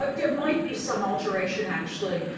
there might be some alteration actually,